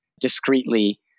discreetly